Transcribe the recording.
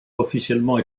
officiellement